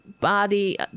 body